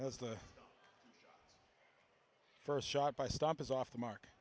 was the first shot by stomp is off the mark